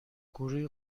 گروه